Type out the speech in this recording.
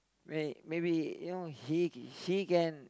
when maybe you know he he can